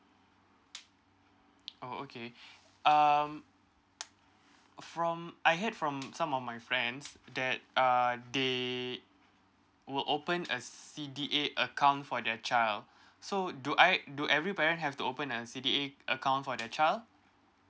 oh okay um from I heard from some of my friends that err they will open a C_D_A account for their child so do I do every body have to open a C_D_A account for the child